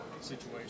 situation